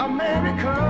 America